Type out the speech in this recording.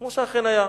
כמו שאכן היה.